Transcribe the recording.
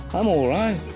i'm alright.